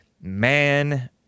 man